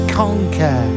conquer